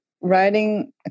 writing